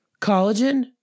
collagen